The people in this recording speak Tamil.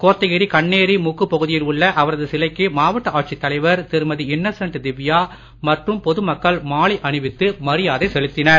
கோத்தகிரி கண்ணேறு முக்கு பகுதியில் உள்ள அவரது சிலைக்கு மாவட்ட ஆட்சித் தலைவர் திருமதி இன்னசென்ட் திவ்யா மற்றும் பொது மக்கள் மாலை அணிவித்து மரியாதை செலுத்தினர்